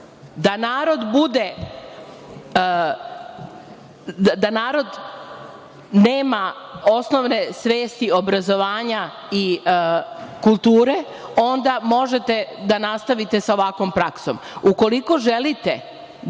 neobrazovan, da narod nema osnovne svesti obrazovanja i kulture, onda možete da nastavite sa ovakvom praksom.